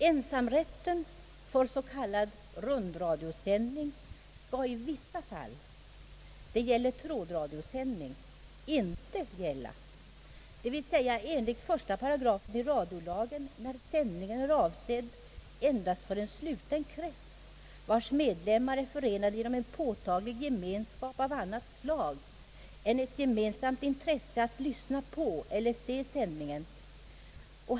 Ensamrätten för s.k. rundradiosändning i vissa fall — det gäller trådradiosändning — skall enligt 8 1 i radiolagen inte gälla när sändningen är avsedd endast för en sluten krets, vars medlemmar är förenade genom en påtaglig gemenskap av annat slag än ett gemensamt intresse att lyssna på eller se sändningen.